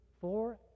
four